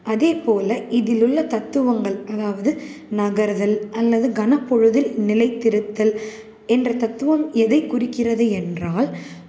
அதே போல் இதில் உள்ள தத்துவங்கள் அதாவது நகருதல் அல்லது கணப்பொழுதில் நிலைத்திருத்தல் என்ற தத்துவம் எதை குறிக்கிறது என்றால்